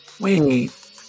Wait